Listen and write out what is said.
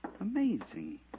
Amazing